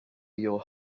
your